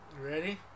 ready